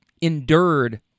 endured